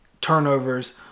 turnovers